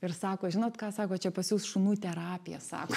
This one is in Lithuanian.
ir sako žinot ką sako čia pas jus šunų terapija sako